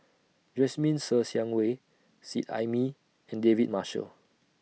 Jasmine Ser Xiang Wei Seet Ai Mee and David Marshall